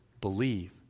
believe